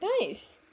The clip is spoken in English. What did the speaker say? Nice